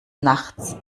nachts